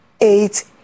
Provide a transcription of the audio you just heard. eight